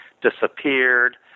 disappeared